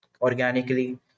organically